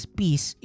peace